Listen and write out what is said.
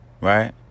Right